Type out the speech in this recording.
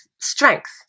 strength